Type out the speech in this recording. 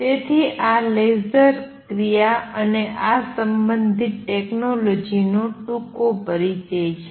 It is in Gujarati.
તેથી આ લેસર ક્રિયા અને આ સંબંધિત ટેક્નોલૉજી નો ટૂંકો પરિચય છે